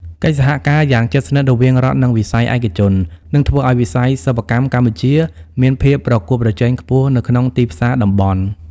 កិច្ចសហការយ៉ាងជិតស្និទ្ធរវាងរដ្ឋ និងវិស័យឯកជន នឹងធ្វើឱ្យវិស័យសិប្បកម្មកម្ពុជាមានភាពប្រកួតប្រជែងខ្ពស់នៅក្នុងទីផ្សារតំបន់។